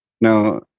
Now